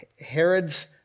Herod's